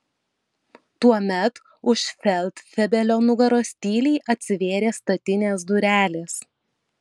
tuomet už feldfebelio nugaros tyliai atsivėrė statinės durelės